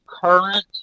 current